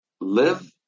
live